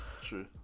true